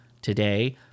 today